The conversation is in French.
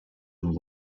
vous